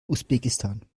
usbekistan